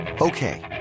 Okay